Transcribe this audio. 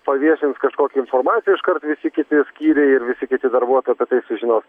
paviešins kažkokią informaciją iškart visi kiti skyriai ir visi kiti darbuotojai apie tai sužinos